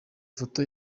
foto